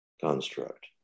construct